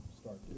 start